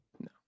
No